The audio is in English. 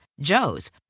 Joe's